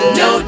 no